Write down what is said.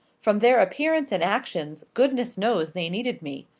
from their appearance and actions, goodness knows they needed me.